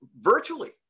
virtually